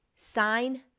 Sign